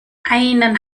einen